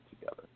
together